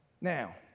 Now